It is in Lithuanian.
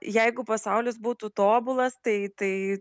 jeigu pasaulis būtų tobulas tai tai